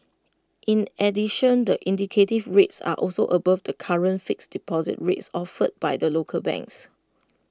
in addition the indicative rates are also above the current fixed deposit rates offered by the local banks